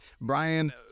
Brian